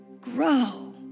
Grow